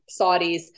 Saudis